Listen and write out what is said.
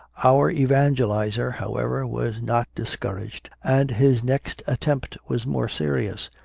our evangelizer, however, was not discouraged, and his next attempt was more serious.